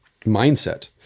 mindset